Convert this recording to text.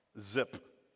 zip